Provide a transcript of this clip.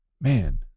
man